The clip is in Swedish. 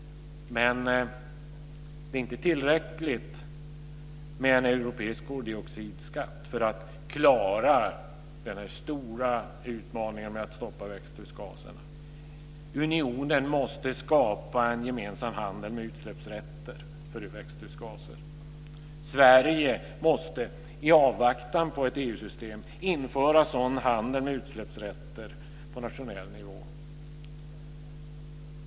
Men det är inte tillräckligt med en europeisk koldioxidskatt för att klara denna stora utmaning med att stoppa växthusgaserna. Unionen måste skapa en gemensam handel med utsläppsrätter för växthusgaser. Sverige måste i avvaktan på ett EU-system införa sådan handel med utsläppsrätter på nationell nivå.